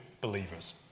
believers